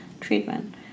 treatment